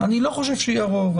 אני לא חושב שהיא הרוב.